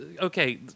okay